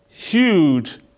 Huge